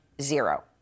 Zero